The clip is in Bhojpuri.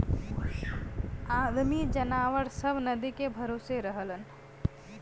आदमी जनावर सब नदी के भरोसे रहलन